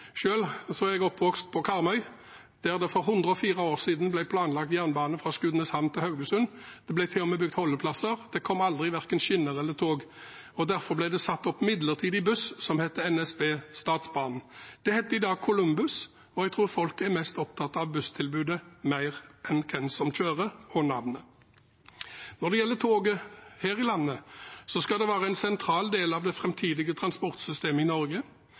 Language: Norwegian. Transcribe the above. er jeg oppvokst på Karmøy, der det for 104 år siden ble planlagt jernbane fra Skudeneshavn til Haugesund. Det ble til og med bygd holdeplasser. Men det kom aldri verken skinner eller tog. Derfor ble det satt opp midlertidig buss, som het NSB, Statsbanene. Den heter i dag Kolumbus, og jeg tror folk er mer opptatt av busstilbudet enn av navnet og hvem som kjører. Når det gjelder toget her i landet, skal det være en sentral del av det framtidige transportsystemet i Norge,